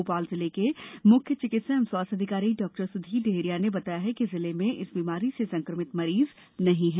भोपाल जिले के मुख्य चिकित्सा एवं स्वास्थ्य अधिकारी डाक्टर सुधीर डेहरिया ने बताया है कि जिले में इस बीमारी से संक्रमित मरीज नहीं हैं